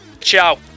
ciao